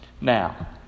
Now